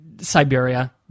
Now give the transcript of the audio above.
Siberia